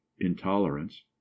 Intolerance